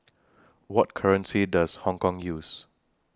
What currency Does Hong Kong use